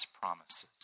promises